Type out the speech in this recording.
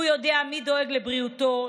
הוא יודע מי דואג לבריאותו,